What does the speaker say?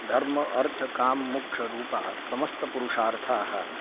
धर्म अर्थकाममोक्षरूपसमस्तपुरुषार्थाः